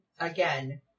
again